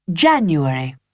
January